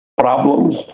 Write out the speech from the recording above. problems